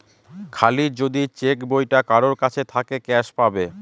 খালি যদি চেক বইটা কারোর কাছে থাকে ক্যাস পাবে